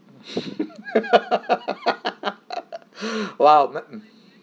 !wow! ma~ mm